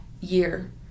year